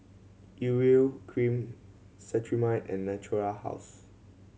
Urea Cream Cetrimide and Natura House